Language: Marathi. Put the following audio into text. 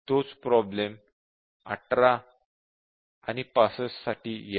तोच प्रॉब्लेम 18 65 साठी येणार